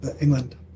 England